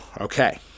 Okay